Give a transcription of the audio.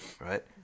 Right